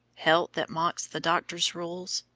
health that mocks the doctor's rules,